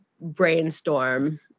brainstorm